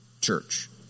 church